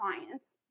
clients